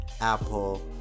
Apple